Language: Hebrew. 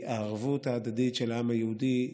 הערבות ההדדית של העם היהודי,